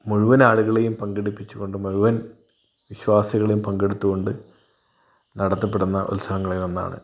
മുഴുവൻ ആളുകളെയും പങ്കെടുപ്പിച്ചുകൊണ്ട് മുഴുവൻ വിശ്വാസികളും പങ്കെടുത്തുകൊണ്ട് നടത്തപ്പെടുന്ന ഉത്സവങ്ങളിൽ ഒന്നാണ്